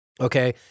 Okay